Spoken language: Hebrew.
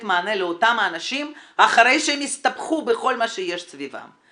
מענה לאותם האנשים אחרי שהם יסתבכו בכל מה שיש סביבם,